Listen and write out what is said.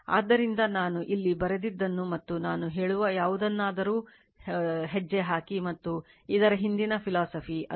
ಆದ್ದರಿಂದ ನಾನು ಇಲ್ಲಿ ಬರೆದದ್ದನ್ನು ಮತ್ತು ನಾನು ಹೇಳುವ ಯಾವುದನ್ನಾದರೂ ಹೆಜ್ಜೆ ಹಾಕಿ ಮತ್ತು ಇದರ ಹಿಂದಿನ ಫೀಲಾಸಫಿ ಅದು